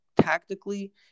tactically